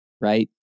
right